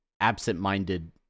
absent-minded